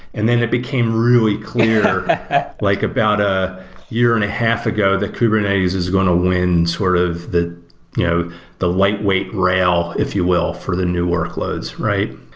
and then it became really clear like about a year and a half ago that kubernetes is going to win sort of the you know the lightweight rail, if you will, for the new workloads, right?